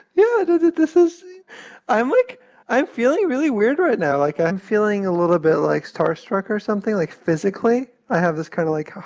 yeah, and this is i'm like i'm feeling really weird right now. like, i'm feeling a little bit, like, starstruck or something. like, physically i have this kind of like, ah